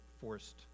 forced